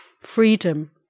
freedom